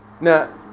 Now